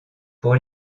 pour